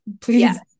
please